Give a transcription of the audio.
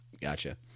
Gotcha